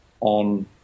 on